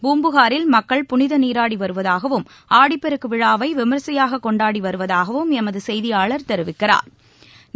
பூம்புகாரில் மக்கள் புனித நீராடி வருவதாகவும் ஆடிப்பெருக்கு விழாவை விமரிசையாக கொண்டாடி வருவதாகவும் எமது செய்தியாளர் செல்வன் ஜெபராஜ் தெரிவிக்கிறார்